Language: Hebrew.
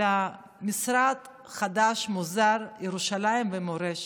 על משרד חדש, מוזר, ירושלים ומורשת.